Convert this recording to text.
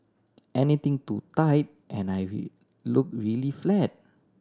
anything too tight and I look really flat